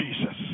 Jesus